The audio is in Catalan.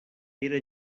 era